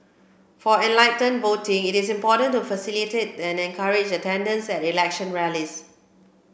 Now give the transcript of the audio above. for enlightened voting it is important to facilitate and encourage attendance at election rallies